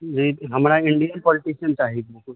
नहि हमरा Indian politician चाही बुक